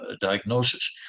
diagnosis